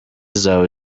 zawe